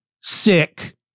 sick